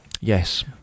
Yes